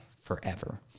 forever